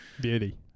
Beauty